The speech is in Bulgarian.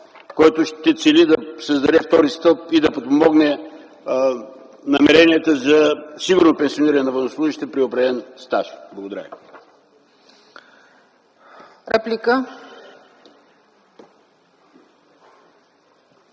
който ще цели да създаде втори стълб и да подпомогне намеренията за сигурно пенсиониране на военнослужещите при определен стаж. Благодаря